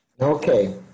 Okay